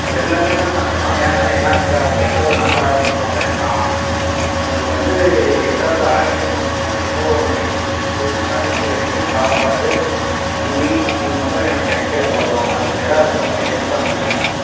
எல்லாமே தான்மா அதெல்லாம் வேணாம் என்னாத்துக்கு அவங்க எதோ நல்லா இருக்கட்டும் வேண்டாம் எனக்கு வந்து ஏதாவது ஆச்சிரியமாகவும் ஏதோ ஒன்று எனக்கு எப்படியாச்சி கடைசி வரைக்கும் சாப்பாடு துணி இது மட்டும் எனக்கு கிடச்சா போதும் அதுக்கு ஏதாவது கொஞ்சம் ஹெல்ப் பண்ணுங்க எனக்கு